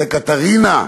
זה "קתרינה"?